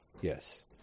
yes